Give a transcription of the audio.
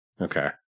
Okay